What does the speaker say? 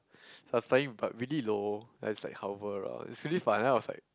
I was flying but really low like it's hover around it's really fun then I was like